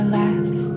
laugh